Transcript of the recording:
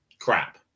crap